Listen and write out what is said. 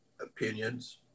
opinions